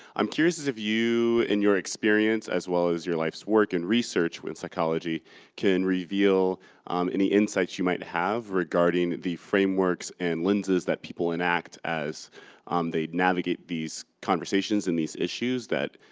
i'm curious is if you in your experience as well as your life's work and research with psychology can reveal any insights you might have regarding the frameworks and lenses that people enact as um they navigate these conversations and these issues that